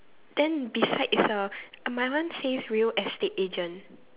then beside is the my one says real estate agent